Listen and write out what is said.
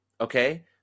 Okay